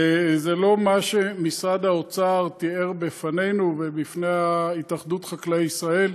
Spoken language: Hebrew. וזה לא מה שמשרד האוצר תיאר לפנינו ולפני התאחדות חקלאי ישראל,